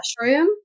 mushroom